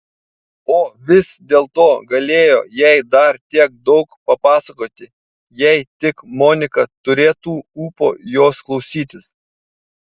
o vis dėlto galėjo jai dar tiek daug papasakoti jei tik monika turėtų ūpo jos klausytis